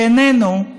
בעינינו,